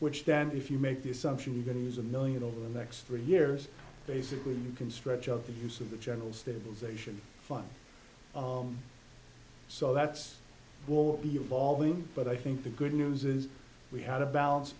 which then if you make the assumption you're going to use a million over the next three years basically you can stretch of the use of the general stabilization fund so that's what we'll call them but i think the good news is we had a balance